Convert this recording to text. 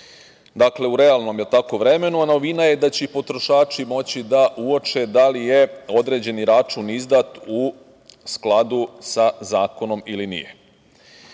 na uvid u realnom vremenu. Novina je da će i potrošači moći da uoče da li je određeni račun izdat u skladu sa zakonom ili